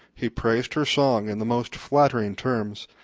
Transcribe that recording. he praised her song in the most flattering terms,